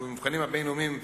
ובמבחנים הבין-לאומיים,